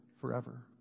forever